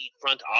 front